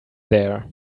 there